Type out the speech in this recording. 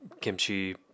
kimchi